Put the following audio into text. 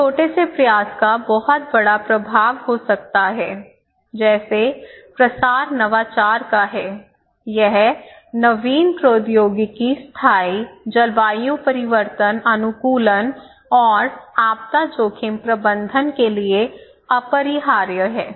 इस छोटे से प्रयास का बहुत बड़ा प्रभाव हो सकता है जैसे प्रसार नवाचार का है यह नवीन प्रौद्योगिकी स्थायी जलवायु परिवर्तन अनुकूलन और आपदा जोखिम प्रबंधन के लिए अपरिहार्य है